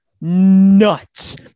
nuts